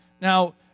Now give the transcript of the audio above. Now